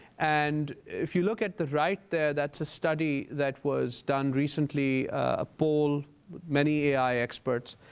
and if you look at the right there, that's a study that was done recently, a poll with many ai experts.